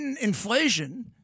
inflation